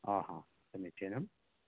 आ हा समीचीनम्